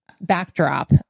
backdrop